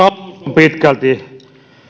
pitkälti